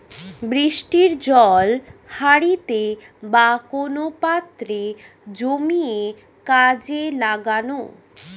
বৃষ্টির জল হাঁড়িতে বা কোন পাত্রে জমিয়ে কাজে লাগানো